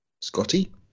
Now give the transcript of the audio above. Scotty